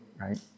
right